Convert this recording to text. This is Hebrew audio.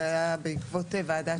זה היה בעקבות ועדת שנהר.